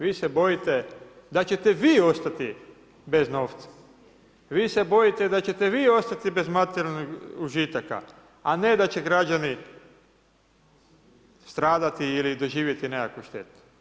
Vi se bojite da ćete vi ostati bez novca, vi se bojite da ćete vi ostati bez materijalnih užitaka, a ne da će građani stradati ili doživjeti nekakvu štetu.